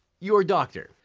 your doctor.